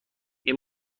این